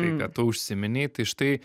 tai ką tu užsiminei tai štai